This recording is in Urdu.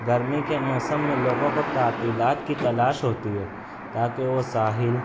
گرمی کے موسم میں لوگوں کو تعطیلات کی تلاش ہوتی ہے تاکہ وہ ساحل